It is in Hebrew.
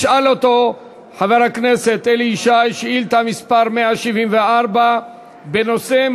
ישאל אותו חבר הכנסת אלי ישי שאילתה מס' 174 בנושא: